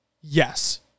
Yes